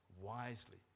wisely